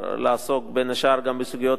לעסוק בין השאר בסוגיות אלה,